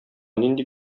нинди